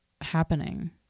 happening